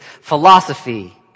philosophy